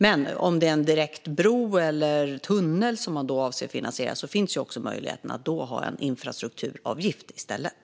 Men om det är en direkt bro eller tunnel som man avser att finansiera finns också möjligheten att då ta ut en infrastrukturavgift i stället.